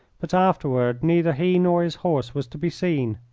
but afterward neither he nor his horse was to be seen.